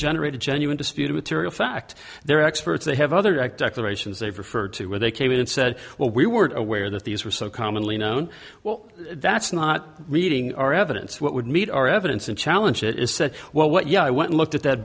generate a genuine disputed material fact they're experts they have other direct explorations they prefer to where they came in and said well we weren't aware that these were so commonly known well that's not reading our evidence would meet our evidence and challenge it is said well what yeah i went and looked at that